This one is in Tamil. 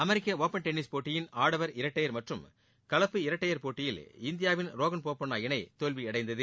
அமெரிக்க ஓபன் டென்னிஸ் போட்டியில் ஆடவர் இரட்டையர் மற்றும் கலப்பு இரட்டையர் போட்டியில் இந்தியாவின் ரோஹன் போபண்ணா இணை தோல்வியடைந்தது